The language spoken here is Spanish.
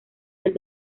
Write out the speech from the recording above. del